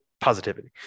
positivity